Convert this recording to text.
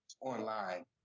online